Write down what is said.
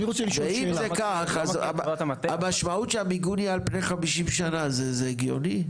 ואם זה כך אז המשמעות שהמיגון יהיה על פני 50 שנים זה הגיוני?